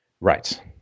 Right